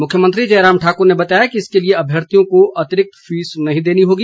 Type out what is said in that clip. मुख्यमंत्री जयराम ठाकुर ने बताया कि इसके लिए अभ्यर्थियों को अतिरिक्त फीस नहीं देनी होगी